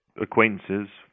acquaintances